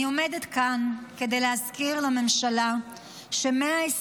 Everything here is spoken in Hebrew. אני עומדת כאן כדי להזכיר לממשלה ש-120